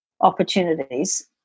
opportunities